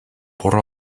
por